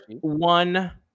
one